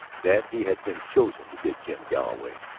that he had been chosen to get jim galloway,